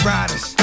Riders